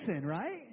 right